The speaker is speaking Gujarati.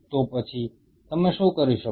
તો પછી તમે શું કરી શકો